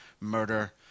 murder